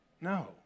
No